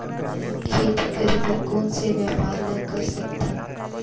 खेती करे बर कोन से व्यापार ला कर सकथन?